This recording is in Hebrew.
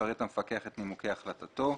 יפרט המפקח את נימוקי החלטתו.